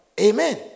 Amen